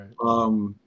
Right